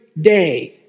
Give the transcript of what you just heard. day